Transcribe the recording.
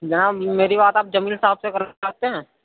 جناب میری بات آپ جمیل صاحب سے کرواتے ہیں